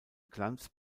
glanz